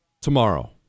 tomorrow